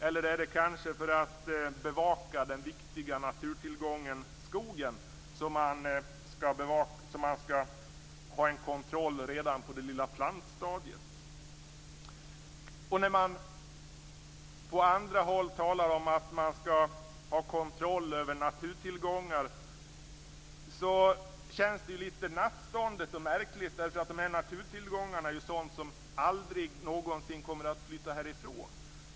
Eller är det kanske för att bevaka den viktiga naturtillgången skogen som man skall ha en kontroll redan på det lilla plantstadiet? När man på andra håll talar om att ha kontroll över naturtillgångar känns det litet nattståndet och märkligt. Naturtillgångarna är ju sådant som aldrig någonsin kommer att flytta härifrån.